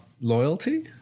Loyalty